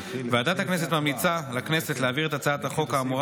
ועדת הכנסת ממליצה לכנסת להעביר את הצעת החוק האמורה